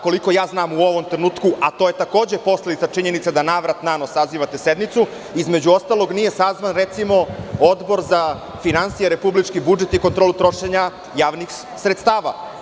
Koliko znam u ovom trenutku, a to je takođe posledica činjenice da na vrat na nos sazivate sednicu, između ostalog, nije sazvan, recimo, Odbor za finansije, republički budžet i kontrolu trošenja javnih sredstava.